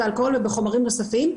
באלכוהול ובחומרים נוספים.